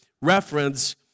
reference